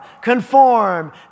conform